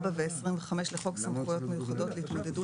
24 ו-25 לחוק סמכויות מיוחדות להתמודדות